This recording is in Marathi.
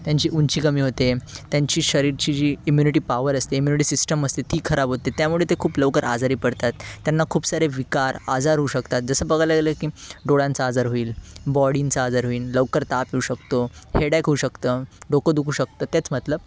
त्यांची उंची कमी होते त्यांची शरीरची जी इम्युनिटी पॉवर असते इम्युनिटी सिस्टम असते ती खराब होते त्यामुळे ते खूप लवकर आजारी पडतात त्यांना खूप सारे विकार आजार होऊ शकतात तसं बघायला गेलं की डोळ्यांचा आजार होईल बॉडींचा आजार होईन लवकर ताप येऊ शकतो हेडेक होऊ शकतं डोकं दुखू शकतं तेच मतलब